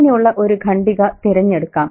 അങ്ങനെയുള്ള ഒരു ഖണ്ഡിക തിരഞ്ഞെടുക്കാം